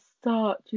start